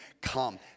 come